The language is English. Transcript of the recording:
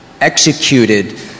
executed